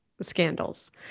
scandals